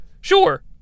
Sure